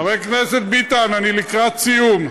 חבר הכנסת ביטן, אני לקראת סיום.